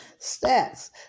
stats